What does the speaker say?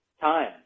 time